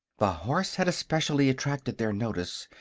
the horse had especially attracted their notice,